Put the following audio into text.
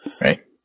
Right